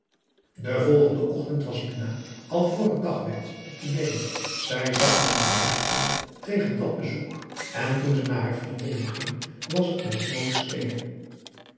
den volgenden ochtend was minah al vr het dag werd op de been zij zag wel n beetje op tegen dat bezoek en toen ze naar haar vriendinnen ging was het met